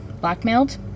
blackmailed